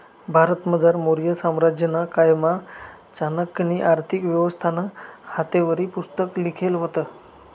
भारतमझार मौर्य साम्राज्यना कायमा चाणक्यनी आर्थिक व्यवस्थानं हातेवरी पुस्तक लिखेल व्हतं